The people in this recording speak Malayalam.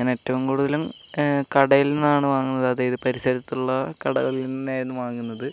ഞാൻ ഏറ്റവും കൂടുതലും കടയിൽ നിന്നാണ് വാങ്ങുന്നത് അതായത് പരിസരത്തുള്ള കടകളിൽ നിന്നായിരുന്നു വാങ്ങുന്നത്